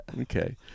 Okay